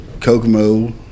Kokomo